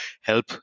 help